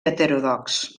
heterodox